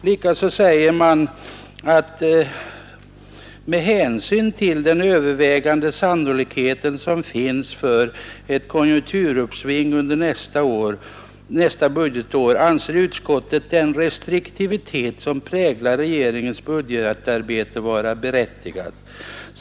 Vidare säger utskottet: ”Med hänsyn till den övervägande sannolikhet som finns för ett konjunkturuppsving under nästa budgetår anser utskottet den restriktivitet som präglat regeringens budgetarbete vara berättigad.